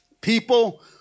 people